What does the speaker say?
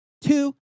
Two